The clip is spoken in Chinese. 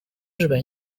日本